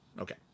Okay